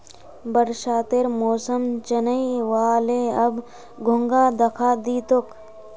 बरसातेर मौसम चनइ व ले, अब घोंघा दखा दी तोक